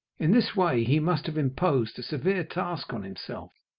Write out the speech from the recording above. in this way he must have imposed a severe task on himself,